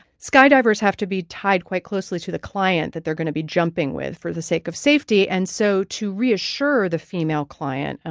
skydivers have to be tied quite closely to the client that they're going to be jumping with for the sake of safety. and so to reassure the female client,